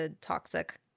toxic